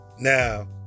Now